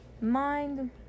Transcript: mind